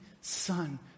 son